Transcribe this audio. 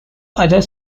other